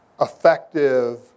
effective